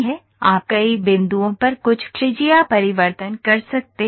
आप कई बिंदुओं पर कुछ त्रिज्या परिवर्तन कर सकते हैं